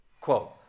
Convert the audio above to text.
quote